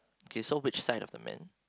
okay so which side of the man